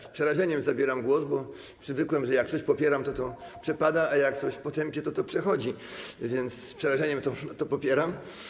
Z przerażeniem zabieram głos, bo przywykłem, że jak coś popieram, to to przepada, a jak coś potępię, to to przechodzi, więc z przerażeniem to popieram.